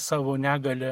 savo negalią